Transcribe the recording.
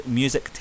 music